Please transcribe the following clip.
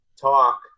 talk